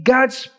God's